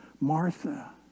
Martha